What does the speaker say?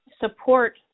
support